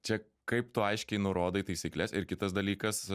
čia kaip tu aiškiai nurodai taisykles ir kitas dalykas